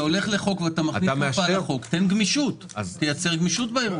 אתה הולך לחקיקה, אז תייצר גמישות.